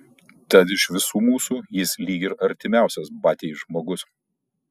tad iš visų mūsų jis lyg ir artimiausias batiai žmogus